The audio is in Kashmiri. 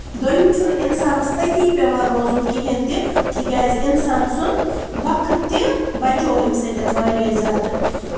دۄیُم چھُنہٕ اِنسانَس تٔتی پیٚوان روزُن کِہینۍ تہِ تِکیازِ اِنسان سُند وقت تہِ بَچوو اَمہِ سۭتۍ واریاہ زیادٕ